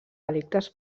delictes